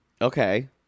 Okay